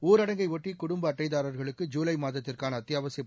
ஊரடங்கை ஒட்டி குடும்ப அட்டைதாரர்களுக்கு ஜூலை மாதத்திற்கான அத்தியாவசியப்